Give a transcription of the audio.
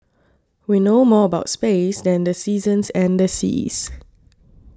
we know more about space than the seasons and the seas